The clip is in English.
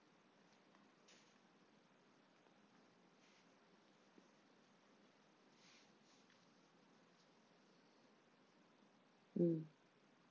mm